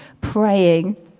praying